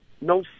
no